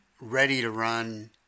ready-to-run